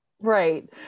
right